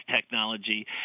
technology